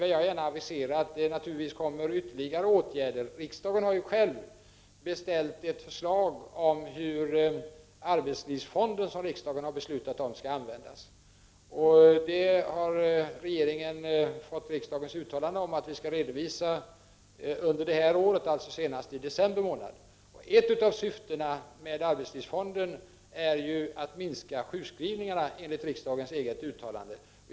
Jag vill då gärna avisera att det naturligtvis kommer ytterligare åtgärder — riksdagen har ju självt beställt ett förslag om hur arbetslivsfonden, som riksdagen har beslutat om, skall användas. Regeringen har fått riksdagens uttalande om att vi skall redovisa det under det här året, alltså senast i december månad. Ett av syftena med arbetslivsfonden är enligt riksdagens eget uttalande att minska sjukskrivningarna.